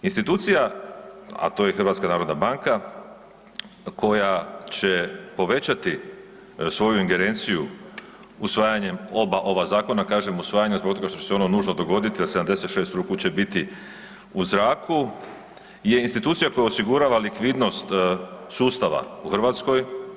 Institucija, a to je i HNB koja će povećati svoju ingerenciju usvajanjem oba ova zakona, kažem usvajanje zbog toga što će se ono nužno dogoditi, a 76 ruku će biti u zraku je institucija koja osigurava likvidnost sustava u Hrvatskoj.